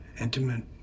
intimate